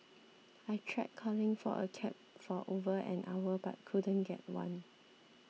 I tried calling for a cab for over an hour but couldn't get one